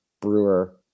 brewer